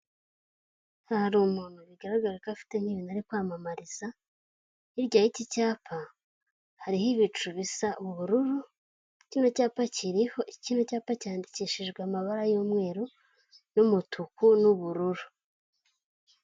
Hano hari umuntu bigaragara ko afite ibintu ari kwamamariza, hirya y'iki cyapa hariho ibicu bisa ubururu. Kino cyapa cyandikishijwe amabara y'umweru n'umutuku n'ubururu.